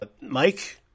Mike